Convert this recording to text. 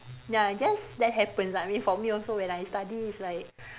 ya I guess that happens I mean for also when I study it's like